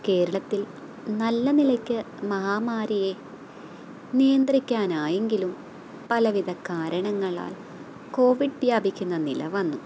കേരളത്തിൽ നല്ല നിലക്ക് മഹാമാരിയെ നിയന്ത്രിക്കാനായെങ്കിലും പല വിധ കാരണങ്ങളാൽ കോവിഡ് വ്യാപിക്കുന്ന നില വന്നു